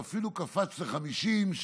ואפילו קפץ ל-50,000,